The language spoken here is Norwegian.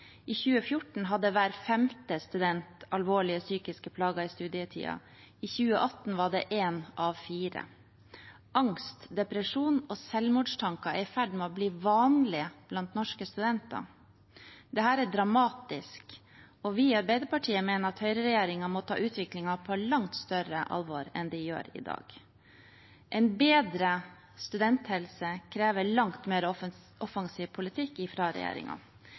I 2014 hadde hver femte student alvorlige psykiske plager i studietiden, i 2018 var det én av fire. Angst, depresjon og selvmordstanker er i ferd med å bli vanlig blant norske studenter. Dette er dramatisk, og vi i Arbeiderpartiet mener at høyreregjeringen må ta utviklingen på langt større alvor enn de gjør i dag. En bedre studenthelse krever en langt mer offensiv politikk